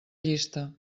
llista